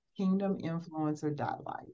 kingdominfluencer.life